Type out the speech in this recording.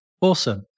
Awesome